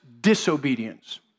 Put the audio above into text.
disobedience